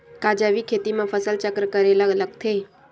का जैविक खेती म फसल चक्र करे ल लगथे?